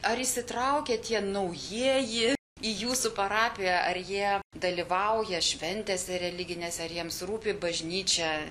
ar įsitraukia tie naujieji į jūsų parapiją ar jie dalyvauja šventėse religinėse ar jiems rūpi bažnyčia